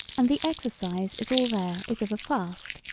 and the exercise is all there is of a fast.